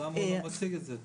אז למה הוא לא מציג את זה?